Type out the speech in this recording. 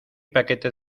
paquete